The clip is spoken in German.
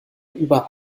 über